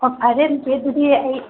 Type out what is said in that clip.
ꯑꯥ ꯐꯔꯦ ꯆꯦꯆꯦ ꯑꯗꯨꯗꯤ ꯑꯩ